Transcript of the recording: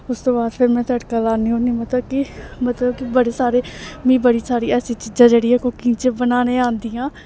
उस तू बाद फिर में तड़का लान्नी होन्नी मतलब कि मतलब कि बड़े सारे मी बड़ी सारी ऐसी चीजां जेह्ड़ियां कुकिंग च बनाने गी आंदियां